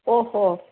ओ हो